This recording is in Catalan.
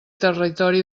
territori